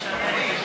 נתקבל.